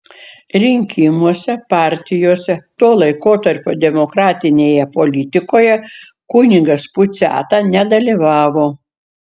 rinkimuose partijose to laikotarpio demokratinėje politikoje kunigas puciata nedalyvavo